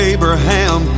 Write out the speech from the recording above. Abraham